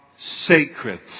sacred